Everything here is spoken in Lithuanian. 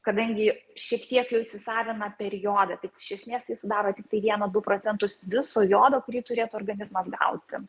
kadangi šiek tiek jau įsisavina per jodą tai iš esmės tai sudaro tiktai vieną du procentus viso jodo kurį turėtų organizmas gauti